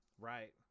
Right